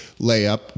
layup